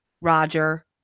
Roger